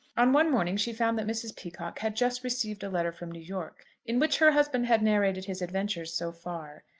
on one morning she found that mrs. peacocke had just received a letter from new york, in which her husband had narrated his adventures so far.